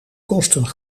kosten